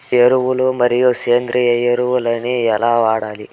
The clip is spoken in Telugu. ఎరువులు మరియు సేంద్రియ ఎరువులని ఎలా వాడాలి?